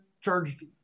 charged